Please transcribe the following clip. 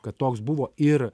kad toks buvo ir